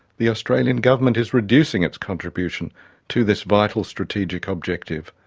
the australian government is reducing its contribution to this vital strategic objective.